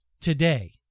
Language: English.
today